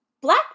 black